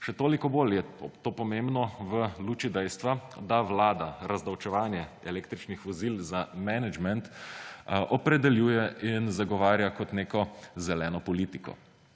Še toliko bolj je to pomembno v luči dejstva, da Vlada razdavčevanje električnih vozil za menedžment opredeljuje in zagovarja kot neko zeleno politiko.